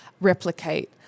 replicate